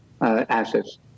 assets